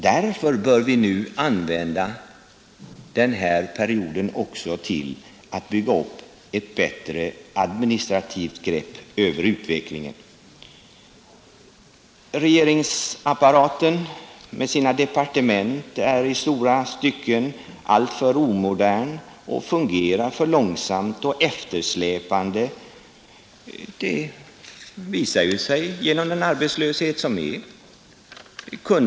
Därför bör vi nu använda denna period också till att skaffa oss ett bättre administrativt grepp över utvecklingen. Regeringsapparaten med sina departement är i stora stycken alltför omodern, och den fungerar för långsamt och eftersläpande. Det visar den arbetslöshet vi nu har.